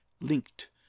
linked